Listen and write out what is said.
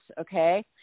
okay